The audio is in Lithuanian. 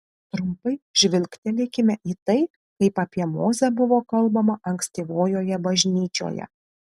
trumpai žvilgtelkime į tai kaip apie mozę buvo kalbama ankstyvojoje bažnyčioje